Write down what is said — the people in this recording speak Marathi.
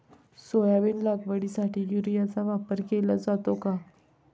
सोयाबीन लागवडीसाठी युरियाचा वापर केला जातो का?